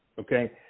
okay